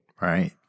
right